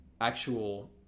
actual